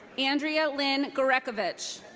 andrea lin gurekovich.